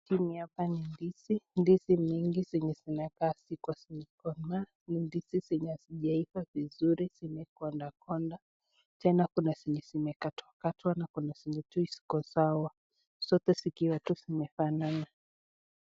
Chini hapa ni ndizi, ndizi nyingi zenye zinakaa hazikua zimekomaa, hizi ndizi hazijaiva vizuri zimekondakonda, tena kuna zenye zimekatwa katwa na kuna zenye tu iko sawa, zote zikiwa tu zimefanana.